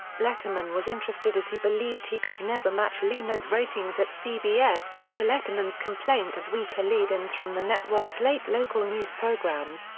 letterman was interested as he believed he could never match leno's ratings at cbs due to letterman's complaint of weaker lead-ins from the network's late local news programs,